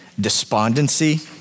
despondency